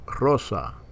Rosa